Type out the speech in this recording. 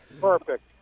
Perfect